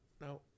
No